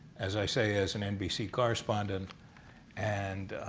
as i say, as an nbc correspondent and